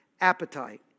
appetite